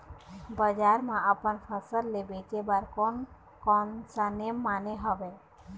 बजार मा अपन फसल ले बेचे बार कोन कौन सा नेम माने हवे?